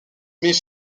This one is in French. mais